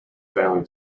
family